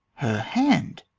her hand.